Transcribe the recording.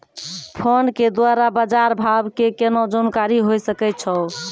Phone के द्वारा बाज़ार भाव के केना जानकारी होय सकै छौ?